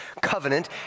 covenant